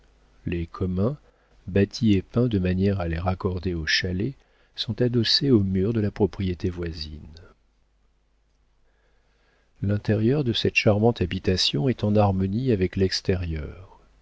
les communs bâtis et peints de manière à les raccorder au chalet sont adossés au mur de la propriété voisine l'intérieur de cette charmante habitation est en harmonie avec l'extérieur